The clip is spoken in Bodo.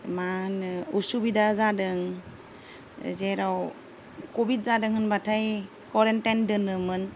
मा होनो असुबिदा जादों जेराव कभिड जादों होनबाथाय कुवाराइन्टाइन दोनोमोन